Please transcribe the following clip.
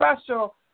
special